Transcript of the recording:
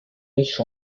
riches